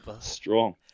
Strong